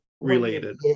related